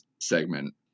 segment